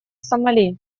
сомали